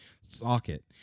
socket